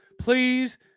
please